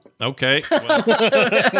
Okay